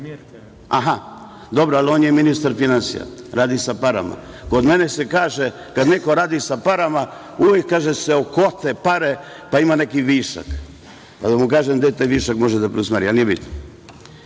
Dobro, ali on je ministar finansija, radi sa parama. Kod mene se kaže - kad neko radi sa parama, uvek se okote pare, pa ima neki višak, pa da mu kažem gde taj višak može da preusmeri, ali nije bitno. Šta